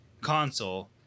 console